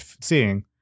seeing –